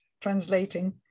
translating